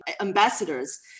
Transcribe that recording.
ambassadors